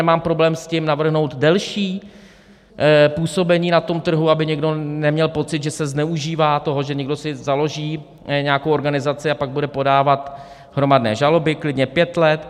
Nemám problém s tím, navrhnout delší působení na trhu, aby někdo neměl pocit, že se zneužívá toho, že někdo si založí nějakou organizaci a pak bude podávat hromadné žaloby, klidně pět let.